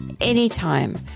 anytime